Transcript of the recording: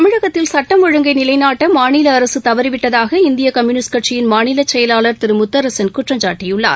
தமிழகத்தில் சட்டம் ஒழுங்கை நிலைநாட்டமாநிலஅரசுதவறிவிட்டதாக இந்தியகம்யுனிஸ்ட் கட்சியின் மாநிலசெயலாளர் திருமுத்தரசன் குற்றம்சாட்டியுள்ளார்